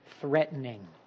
threatening